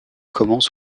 commence